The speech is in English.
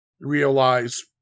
realize